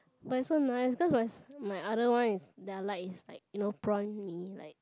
but it's so nice cause my my other one is that I like is like you know prawn mee like